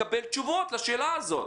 לקבל תשובות לשאלה הזאת.